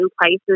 places